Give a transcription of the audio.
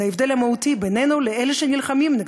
זה ההבדל המהותי בינינו לבין אלה שנלחמים נגדנו,